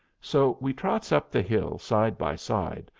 so we trots up the hill side by side,